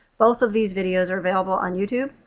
both of these videos are available on youtube,